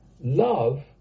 Love